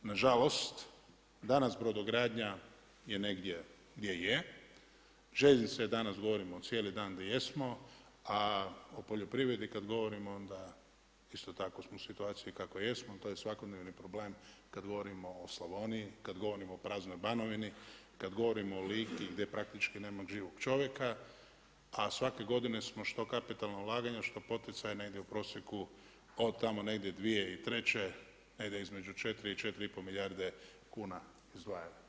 Nažalost, danas brodogradnja je negdje gdje je, željeznica je danas govorimo cijelimo dan gdje jesmo, a o poljoprivredi kad govorimo onda isto tako smo u situaciji kakvoj jesmo, to ej svakodnevni problem kad govorimo o Slavoniji, kad govorimo o praznoj Banovini, kad govorimo o Lici gdje praktički nema živog čovjeka, a svake godine smo što kapitalna ulaganja što poticaj negdje u prosjeku od tamo negdje 2003. negdje između 4, 4 i pol milijarde kuna izdvajali.